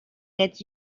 get